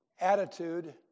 attitude